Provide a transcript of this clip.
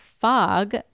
fog